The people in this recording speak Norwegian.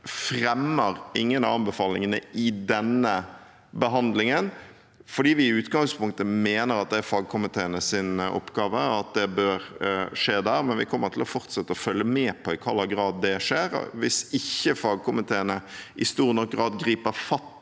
fremmer ingen av anbefalingene i denne behandlingen fordi vi mener at det i utgangspunktet er fagkomiteenes oppgave, og at det bør skje der. Men vi kommer til å fortsette å følge med på i hvilken grad det skjer. Hvis fagkomiteene ikke i stor nok grad griper fatt